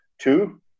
Two